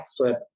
backflip